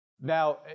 Now